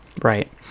right